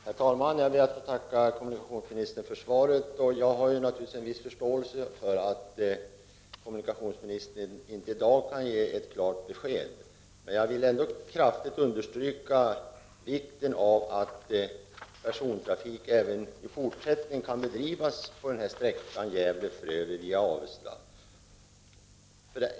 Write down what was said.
Herr talman! Jag ber att få tacka kommunikationsministern för svaret. Jag har naturligtvis en viss förståelse för att kommunikationsministern inte i dag kan ge ett klart besked. Jag vill ändå kraftigt understryka vikten av att persontrafiken även i fortsättningen kan bedrivas på sträckan Gävle-Frövi via Avesta.